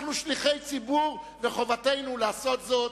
אנחנו שליחי ציבור, וחובתנו לעשות זאת,